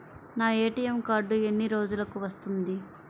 నా ATM card ఎన్ని రోజులకు వస్తుంది?